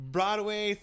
Broadway